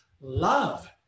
love